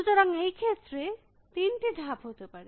সুতরাং এই ক্ষেত্রে তিনটি ধাপ হতে পারে